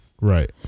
Right